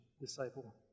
disciple